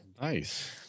Nice